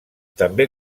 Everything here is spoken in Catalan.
també